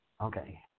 okay